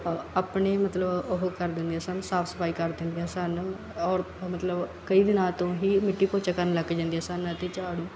ਆਪਣੇ ਮਤਲਬ ਉਹ ਕਰ ਦਿੰਦੀਆਂ ਸਨ ਸਾਫ਼ ਸਫਾਈ ਕਰ ਦਿੰਦੀਆਂ ਸਨ ਔਰ ਮਤਲਬ ਕਈ ਦਿਨਾਂ ਤੋਂ ਹੀ ਮਿੱਟੀ ਪੋਚਾ ਕਰਨ ਲੱਗ ਜਾਂਦੀਆਂ ਸਨ ਅਤੇ ਝਾੜੂ